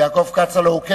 יעקב כץ, הלוא הוא כצל'ה.